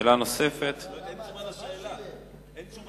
לא בכל